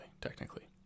technically